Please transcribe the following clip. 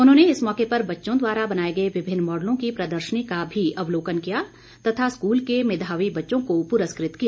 उन्होंने इस मौके पर बच्चों द्वारा बनाए गए विभिन्न मॉडलों की प्रदर्शनी का भी अवलोकन किया तथा स्कूल के मेधावी बच्चों को पुरस्कृत किया